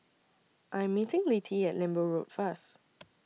I Am meeting Littie At Lembu Road First